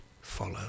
follow